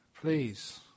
Please